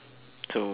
so